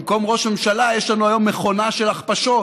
במקום ראש ממשלה, יש לנו היום מכונה של הכפשות: